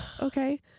okay